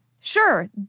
sure